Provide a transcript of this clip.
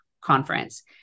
conference